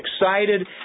excited